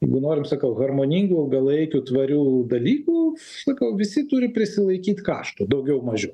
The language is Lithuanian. jeigu norim sakau harmoningų ilgalaikių tvarių dalykų sakau visi turi prisilaikyt kaštų daugiau mažiau